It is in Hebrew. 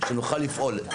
שנוכל לפעול,